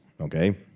okay